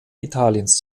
italiens